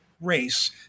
race